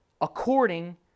according